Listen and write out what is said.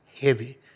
heavy